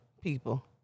people